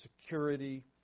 security